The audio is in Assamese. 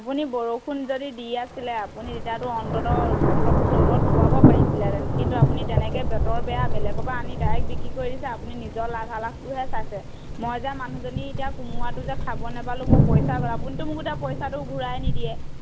আপুনি বৰষুণ যদি দি আছিলে আপুনি তেতিয়াটো অন্ততঃ অলপতো ৰ'দত শুকোৱাব পাৰিছিলেহেঁতেন কিন্তু আপুনি তেনেকেই বতৰ বেয়া বেলেগৰ পৰা আনি ডাইৰেক্ট বিক্ৰী কৰি দিছে আপুনি নিজৰ লাভালাভতো হে চাইছে মই যে মানুহজনী এতিয়া কোমোৰাটো যে খাব নাপালোঁ মোৰ পইচা গ'ল আপুনিটো মোক এতিয়া পইচাটো ঘূৰাই নিদিয়ে